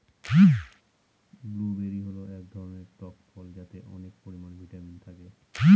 blueberry হল এক ধরনের টক ফল যাতে অনেক পরিমানে ভিটামিন থাকে